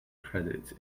credits